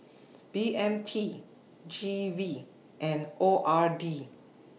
B M T G V and O R D